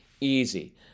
Easy